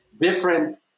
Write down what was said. Different